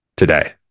today